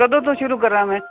ਕਦੋਂ ਤੋਂ ਸ਼ੁਰੂ ਕਰਾ ਮੈਂ